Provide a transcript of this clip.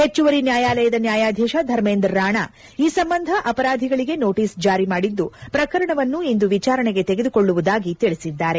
ಪಚ್ಚುವರಿ ನ್ಯಾಯಾಲಯದ ನ್ಯಾಯಾಧೀಶ ಧಮೇಂದ್ರ ರಾಣಾ ಈ ಸಂಬಂಧ ಅಪರಾಧಿಗಳಿಗೆ ನೋಟಸ್ ಜಾರಿ ಮಾಡಿದ್ದು ಪ್ರಕರಣವನ್ನು ಇಂದು ವಿಚಾರಣೆಗೆ ತೆಗೆದುಕೊಳ್ಳುವುದಾಗಿ ತಿಳಿಸಿದ್ದಾರೆ